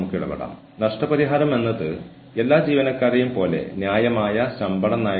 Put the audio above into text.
പ്രകടന അവലോകനം ഇത് സംബന്ധിച്ച് ആളുകളുടെ ഫീഡ്ബാക്ക് നൽകാൻ നിങ്ങൾക്ക് മറ്റൊരു അവസരം നൽകുന്നു